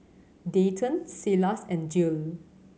Dayton Silas and Jill